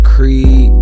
Creed